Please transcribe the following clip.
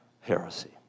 heresy